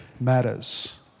matters